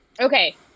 Okay